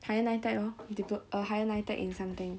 higher NITEC lor diplo~ a higher NITEC in something